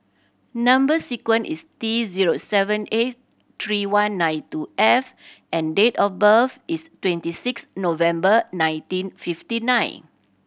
number sequence is T zero seven eight three one nine two F and date of birth is twenty six November nineteen fifty nine